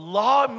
law